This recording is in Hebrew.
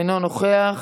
אינו נוכח,